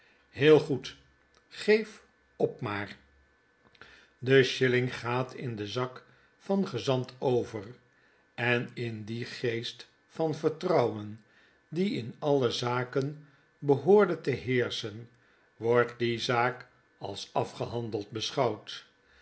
heel goed geef op maar de shilling gaat in den zak van gezant over en in dien geest van vertrouwen die in alle zaken behoorde te heerschen wordt die zaak als afgehandeld beschouwd